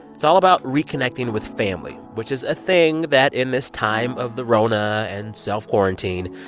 it's all about reconnecting with family, which is a thing that, in this time of the rona and self-quarantine,